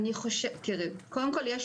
קודם כול,